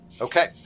Okay